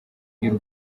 y’u